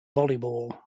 volleyball